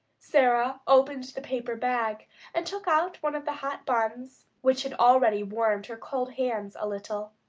sara opened the paper bag and took out one of the hot buns, which had already warmed her cold hands a little.